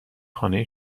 خانه